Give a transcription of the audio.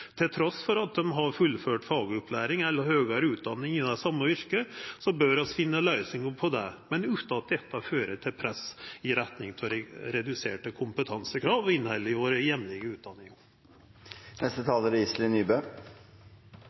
at dei har fullført fagopplæring eller høgare utdanning innanfor det same yrket, bør vi finna løysingar på det, men utan at det fører til press i retning av reduserte kompetansekrav og innhald i vår heimlege utdanning. Først vil jeg takke interpellantene for å ta opp en problemstilling som er